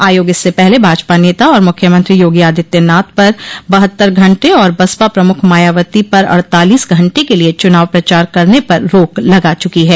आयोग इससे पहले भाजपा नेता और मुख्यमंत्री योगी आदित्यनाथ पर बहत्तर घंटे और बसपा प्रमुख मायावती पर अड़तालीस घंटे के लिये चूनाव प्रचार करने पर रोक लगा चुकी है